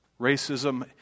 Racism